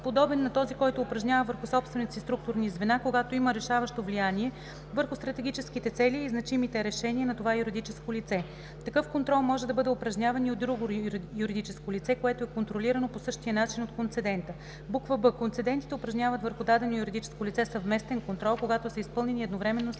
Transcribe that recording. подобен на този, който упражнява върху собствените си структурни звена, когато има решаващо влияние върху стратегическите цели и значимите решения на това юридическо лице. Такъв контрол може да бъде упражняван и от друго юридическо лице, което е контролирано по същия начин от концедента; б) концедентите упражняват върху дадено юридическо лице съвместен контрол, когато са изпълнени едновременно следните